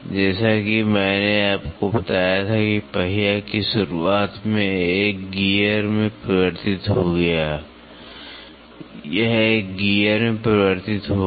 जैसा कि मैंने आपको बताया था कि पहिया की शुरुआत में एक गियर में परिवर्तित हो गया यह एक गियर में परिवर्तित हो गया